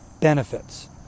benefits